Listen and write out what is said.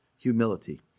humility